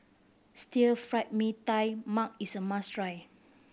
Stir Fried Mee Tai Mak is a must try